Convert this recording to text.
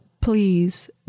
please